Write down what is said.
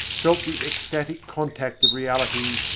felt the ecstatic contact of reality,